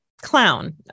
clown